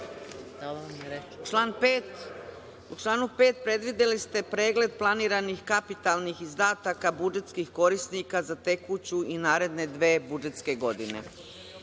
U članu 5. predvideli ste pregled planiranih kapitalnih izdataka budžetskih korisnika za tekuću i naredne dve budžetske godine. Mi